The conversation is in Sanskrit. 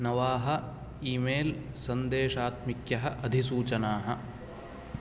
नवाः ई मेल् सन्देशात्मिक्यः अधिसूचनाः